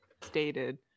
stated